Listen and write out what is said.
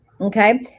Okay